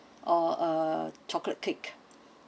or a chocolate cake